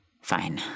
Fine